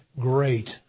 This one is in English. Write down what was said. Great